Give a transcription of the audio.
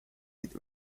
with